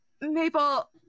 Maple